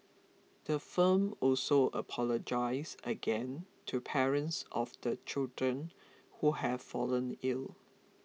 the firm also apologised again to parents of the children who have fallen ill